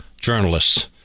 journalists